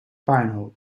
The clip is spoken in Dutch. puinhoop